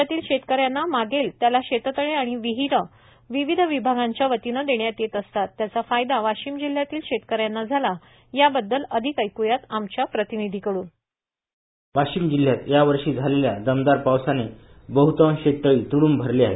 राज्यातील शेतकऱ्यांना मागेल त्याला शेततळे आणि विहीर विविध विभागांच्यावतीन देण्यात येत असतात त्याचा फायदा वाशिम जिल्ह्यातील शेतकऱ्यांना झाला या बद्दल अधिक ऐकूयात आमच्या प्रतिनिधी कडून बाईट वाशिम जिल्ह्यात यावर्षी झालेल्या दमदार पावसाने बह्तांश शेततळी तुड्डंब भरली आहेत